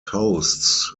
hosts